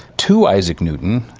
to isaac newton.